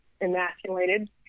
emasculated